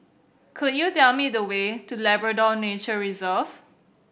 could you tell me the way to Labrador Nature Reserve